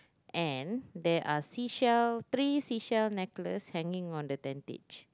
and there are sea shell three sea shell necklace hanging on the tentage